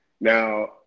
Now